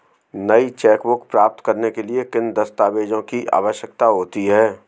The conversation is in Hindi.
नई चेकबुक प्राप्त करने के लिए किन दस्तावेज़ों की आवश्यकता होती है?